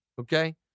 Okay